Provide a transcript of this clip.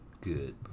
good